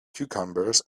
cucumbers